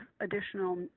additional